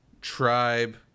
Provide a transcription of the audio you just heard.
tribe